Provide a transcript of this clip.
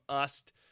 Ust